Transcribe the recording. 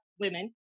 women